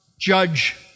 judge